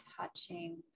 touching